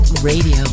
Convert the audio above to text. Radio